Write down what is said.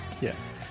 Yes